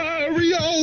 Mario